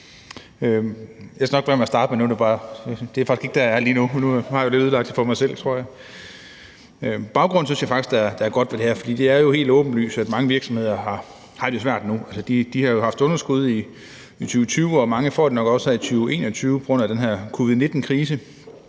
Jeg skal nok lade være med at starte, for det er faktisk ikke der, jeg er lige nu, men nu har jeg vist ødelagt det for mig selv, tror jeg. Baggrunden for det her forslag synes jeg faktisk er god, for det er jo helt åbenlyst, at mange virksomheder har det svært nu. De har jo haft underskud i 2020, og mange får det nok også her i 2021 på grund af den her covid-19-krise.